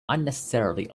unnecessarily